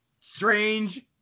Strange